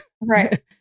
Right